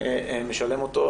משלם אותו.